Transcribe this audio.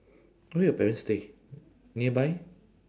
where your parents stay nearby